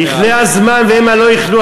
"יכלה הזמן והמה לא יכלו",